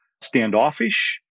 standoffish